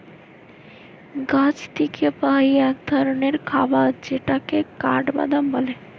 গাছ থিকে পাই এক ধরণের খাবার যেটাকে কাঠবাদাম বলে